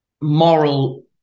moral